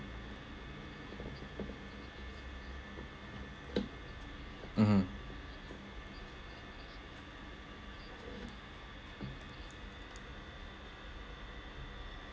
mmhmm